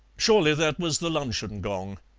surely that was the luncheon gong.